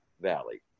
Valley